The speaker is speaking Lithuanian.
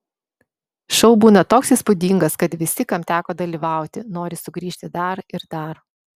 šou būna toks įspūdingas kad visi kam teko dalyvauti nori sugrįžti dar ir dar